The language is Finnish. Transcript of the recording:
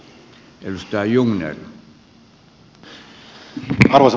arvoisa puhemies